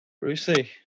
Brucey